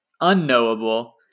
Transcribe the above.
unknowable